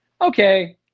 Okay